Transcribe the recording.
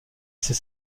ces